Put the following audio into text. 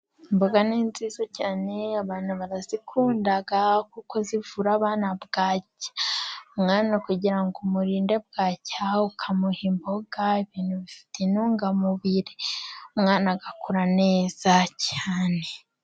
Imboga ni nziza cyane abantu barazikunda kuko zivura bwaki, umwana kugira ngo umurinde bwaki ukamuha imboga, ibintu bifite intungamubiri umwana agakura neza cyane.